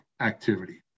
activity